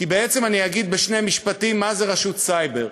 כי בעצם, אני אגיד בשני משפטים מה זו רשות סייבר.